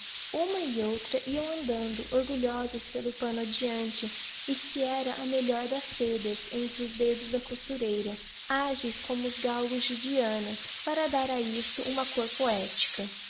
uma e outra iam andando orgulhosas pelo panno adiant e que era a melhor das sedas entre os dedos da costureira ágeis como os galgos de diana para dar a isto uma côr poética